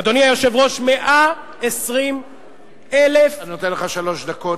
אדוני היושב-ראש, 120,000, אני נותן לך שלוש דקות.